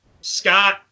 Scott